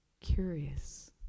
curious